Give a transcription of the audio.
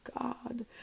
God